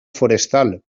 forestal